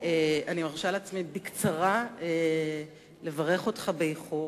אני מרשה לעצמי בקצרה לברך אותך באיחור,